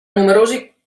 numerosi